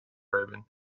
rubin